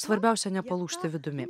svarbiausia nepalūžti vidumi